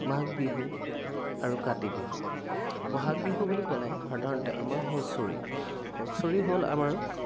মাঘ বিহু আৰু কাতি বিহু ব'হাগ বিহু বুলি ক'লে সাধাৰণতে আমাৰ হুঁচৰি হুঁচৰি হ'ল আমাৰ